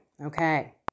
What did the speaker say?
Okay